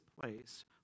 place